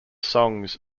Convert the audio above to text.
songs